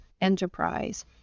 enterprise